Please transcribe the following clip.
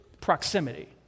proximity